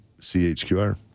CHQR